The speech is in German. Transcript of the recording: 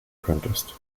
könntest